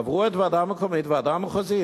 עברו את הוועדה המקומית וועדה מחוזית,